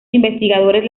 investigadores